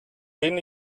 denen